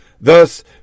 Thus